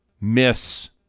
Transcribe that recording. miss